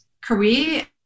career